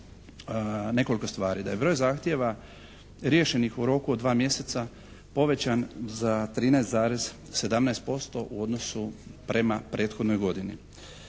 nekoliko stvari, da je broj zahtjeva riješenih u roku od dva mjeseca povećan za 13, 17% u odnosu prema prethodnoj godini.